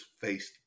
faced